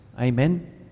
amen